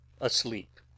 asleep